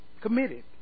Committed